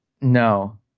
No